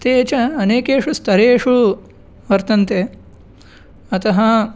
ते च अनेकेषु स्थरेषु वर्तन्ते अतः